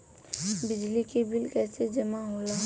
बिजली के बिल कैसे जमा होला?